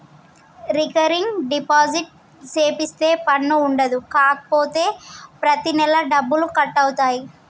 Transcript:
recurring deposit సేపిత్తే పన్ను ఉండదు కాపోతే ప్రతి నెలా డబ్బులు కట్ అవుతాయి